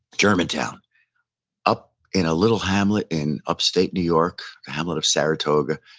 germantown up in a little hamlet in upstate new york, the hamlet of saratoga,